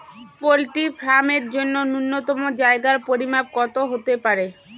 Poultry farm এর জন্য নূন্যতম জায়গার পরিমাপ কত হতে পারে?